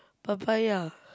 papaya